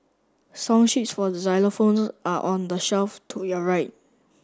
song sheets for xylophones are on the shelf to your right